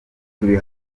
turi